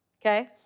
Okay